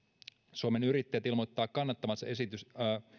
suomen yrittäjät ilmoittaa